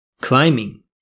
climbing